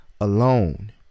alone